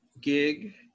gig